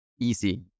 easy